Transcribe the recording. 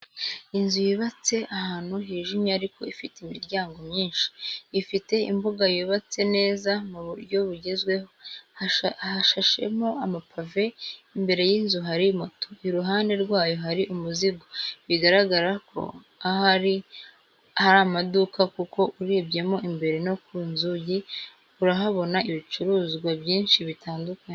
Inzu yubatse ahantu hijimye ariko ifite imiryango myisnhi, ifite imbuga yubatse neza mu buryo bugezweho, hashashemo amapave, imbere y'inzu hari moto, iruhande rwayo hari umuzigo, bigaragare ko aha ari amaduka kuko urebyemo imbere no ku nzugi urahabona ibicuruzwa byinshi bitandukanye.